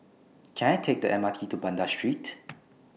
Can I Take The M R T to Banda Street